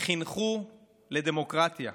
חינכו לדמוקרטיה.